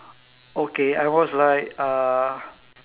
okay I was like uh